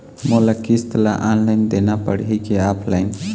मोला किस्त ला ऑनलाइन देना पड़ही की ऑफलाइन?